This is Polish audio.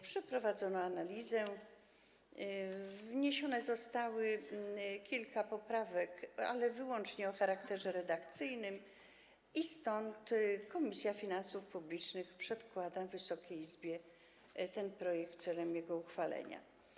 Przeprowadzono analizę, wniesiono kilka poprawek, ale wyłącznie o charakterze redakcyjnym, stąd Komisja Finansów Publicznych przedkłada Wysokiej Izbie ten projekt celem jego uchwalenia.